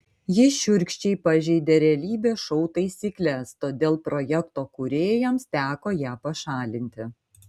ji šiurkščiai pažeidė realybės šou taisykles todėl projekto kūrėjams teko ją pašalinti